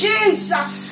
Jesus